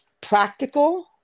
practical